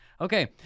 Okay